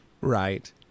Right